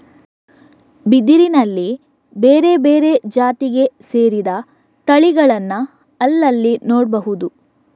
ಬಿದಿರಿನಲ್ಲಿ ಬೇರೆ ಬೇರೆ ಜಾತಿಗೆ ಸೇರಿದ ತಳಿಗಳನ್ನ ಅಲ್ಲಲ್ಲಿ ನೋಡ್ಬಹುದು